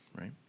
right